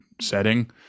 setting